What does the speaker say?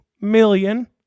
million